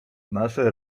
nasze